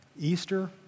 Easter